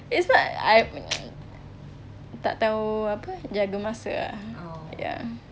it's not I punya tak tahu jaga masa ah ya